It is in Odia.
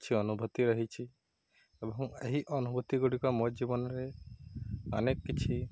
କିଛି ଅନୁଭୂତି ରହିଛି ଏବଂ ଏହି ଅନୁଭୂତିଗୁଡ଼ିକ ମୋ ଜୀବନରେ ଅନେକ କିଛି